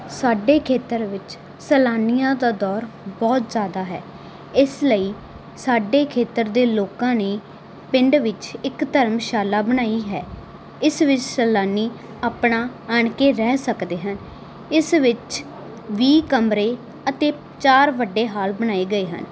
ਸਾਡੇ ਖੇਤਰ ਵਿੱਚ ਸੈਲਾਨੀਆਂ ਦਾ ਦੌਰ ਬਹੁਤ ਜਿਆਦਾ ਹੈ ਇਸ ਲਈ ਸਾਡੇ ਖੇਤਰ ਦੇ ਲੋਕਾਂ ਨੇ ਪਿੰਡ ਵਿੱਚ ਇੱਕ ਧਰਮਸ਼ਾਲਾ ਬਣਾਈ ਹੈ ਇਸ ਵਿੱਚ ਸੈਲਾਨੀ ਆਪਣਾ ਆਣ ਕੇ ਰਹਿ ਸਕਦੇ ਹਨ ਇਸ ਵਿੱਚ ਵੀਹ ਕਮਰੇ ਅਤੇ ਚਾਰ ਵੱਡੇ ਹਾਲ ਬਣਾਏ ਗਏ ਹਨ